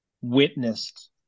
witnessed